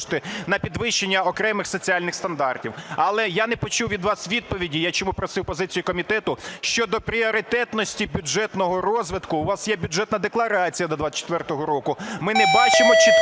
на підвищення окремих соціальних стандартів. Але я не почув від вас відповіді. Я чому просив позицію комітету щодо пріоритетності бюджетного розвитку? У вас є Бюджетна декларація до 24-го року. Ми не бачимо чітких,